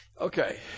Okay